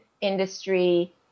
industry